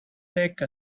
take